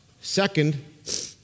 second